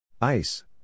Ice